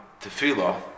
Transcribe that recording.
tefillah